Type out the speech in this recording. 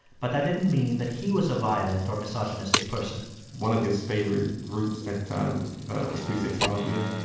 but that didn't mean that he was a violent or misogynistic person one of his favorite groups at the time was three six mafia